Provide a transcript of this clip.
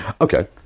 Okay